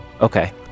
okay